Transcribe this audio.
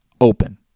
open